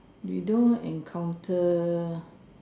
we don't encounter